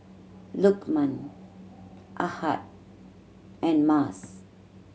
Lukman Ahad and Mas